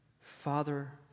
Father